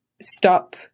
stop